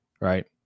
right